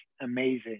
amazing